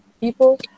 people